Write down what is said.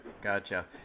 Gotcha